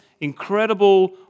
incredible